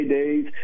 days